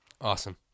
Awesome